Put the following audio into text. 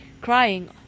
crying